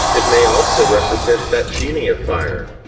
it may also represent that genii of fire,